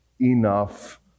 enough